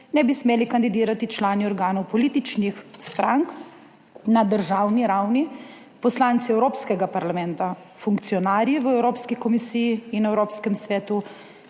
ne bi smeli kandidirati člani organov političnih strank na državni ravni, poslanci Evropskega parlamenta, funkcionarji v Evropski komisiji in Evropskem svetu,